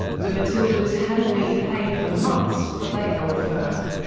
the matildas hadn't been paid for months, but they held firm.